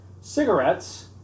cigarettes